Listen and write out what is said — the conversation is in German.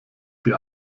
die